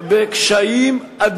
מבצע "עופרת יצוקה" היה מדיניות שגויה?